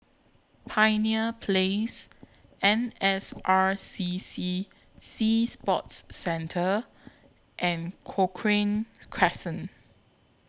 Pioneer Place N S R C C Sea Sports Centre and Cochrane Crescent